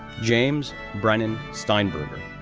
james brennan steinberger,